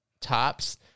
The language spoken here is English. tops